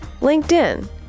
LinkedIn